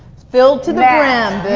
filled to the brim.